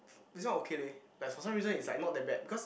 this one okay leh like for some reason is like not that bad because